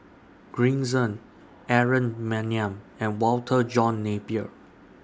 Green Zeng Aaron Maniam and Walter John Napier